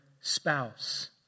spouse